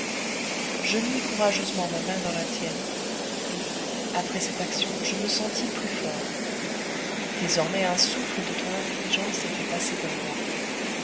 je mis courageusement ma main dans la tienne et après cette action je me sentis plus fort désormais un souffle de ton intelligence était passé dans moi